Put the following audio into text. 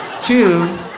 Two